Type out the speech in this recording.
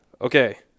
Okay